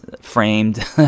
framed